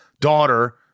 daughter